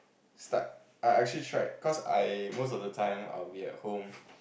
start I actually tried cause I most of the time I will be at home